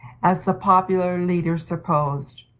as the popular leaders supposed.